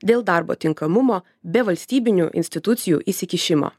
dėl darbo tinkamumo be valstybinių institucijų įsikišimo